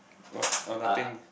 what oh nothing